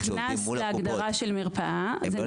עדיין